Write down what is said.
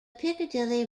piccadilly